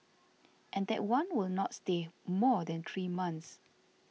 and that one will not stay more than three months